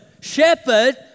shepherd